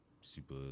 super